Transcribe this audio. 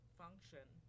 function